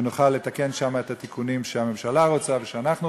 ונוכל לתקן שם את התיקונים שהממשלה רוצה ושאנחנו רוצים.